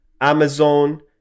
Amazon